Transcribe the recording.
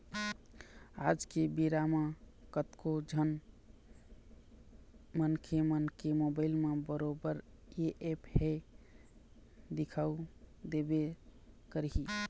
आज के बेरा म कतको झन मनखे मन के मोबाइल म बरोबर ये ऐप ह दिखउ देबे करही